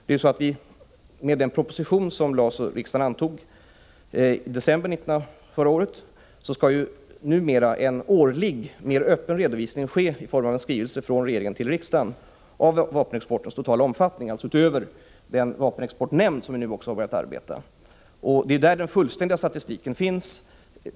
I enlighet med den proposition som lades fram och som riksdagen antog i december förra året skall numera en årlig, mera öppen redovisning ske i form av en skrivelse från regeringen till riksdagen av vapenexportens omfattning och inriktning. Dessutom har en vapenexportnämnd nu också börjat arbeta. Det är där den fullständiga statistiken finns.